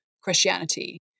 Christianity